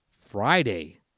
Friday